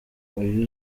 uyu